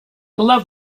love